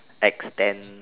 extend